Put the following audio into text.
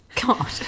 God